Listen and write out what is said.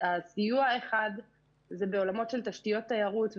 סיוע אחד זה בעולמות של תשתיות תיירות,